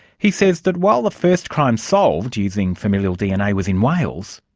he says that while the first crime solved using familial dna was in wales,